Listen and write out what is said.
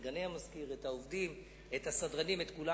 את סגני המזכיר, את העובדים, את הסדרנים, את כולם.